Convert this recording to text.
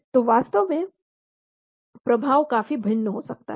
तो वास्तव में प्रभाव काफी भिन्न हो सकता है